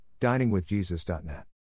diningwithjesus.net